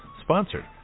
sponsored